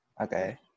Okay